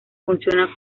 funciona